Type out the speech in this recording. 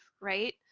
right